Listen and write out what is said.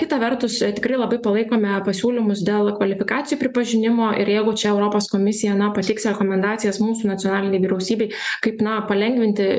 kita vertus tikrai labai palaikome pasiūlymus dėl kvalifikacijų pripažinimo ir jeigu čia europos komisija na pateiks rekomendacijas mūsų nacionalinei vyriausybei kaip na palengvinti